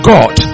God